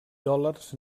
dòlars